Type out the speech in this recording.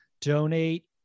donate